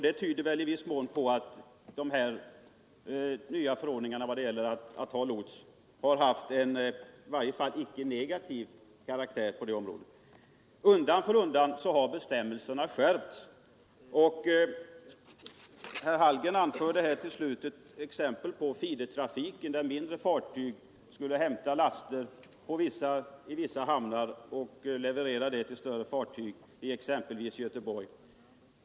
Det tyder väl i viss mån på att de nya förordningarna vad gäller skyldigheten att ta lots inte har haft negativ inverkan. Herr Hallgren anförde som ett exempel feedertrafiken, dvs. när mindre fartyg hämtar laster i vissa hamnar och levererar dem till större fartyg i exempelvis Göteborg.